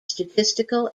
statistical